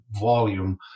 volume